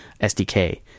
SDK